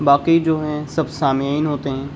باقی جو ہیں سب سامعین ہوتے ہیں